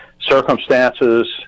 circumstances